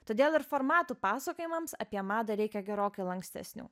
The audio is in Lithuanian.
todėl ir formatų pasakojimams apie madą reikia gerokai lankstesnių